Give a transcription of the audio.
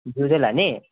जिउँदै लाने